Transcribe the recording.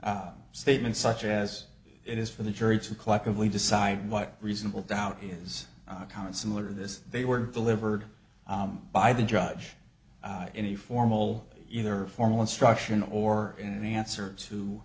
the statement such as it is for the jury to collectively decide what reasonable doubt is kind of similar to this they were delivered by the judge in a formal either formal instruction or an answer to